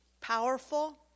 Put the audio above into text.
powerful